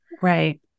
Right